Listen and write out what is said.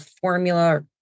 formula